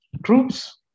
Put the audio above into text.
troops